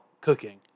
cooking